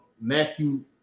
Matthew